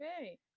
Okay